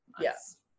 yes